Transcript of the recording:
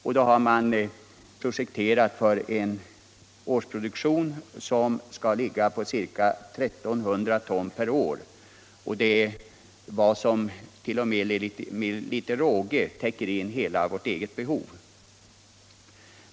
Man har projekterat för en års produktion som skall ligga på ca 1 300 ton. Detta täcker —- t.o.m. med Nr 30 litet råge — in hela vårt eget behov.